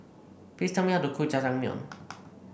please tell me how to cook Jajangmyeon